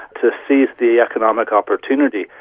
to seize the economic opportunity,